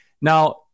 Now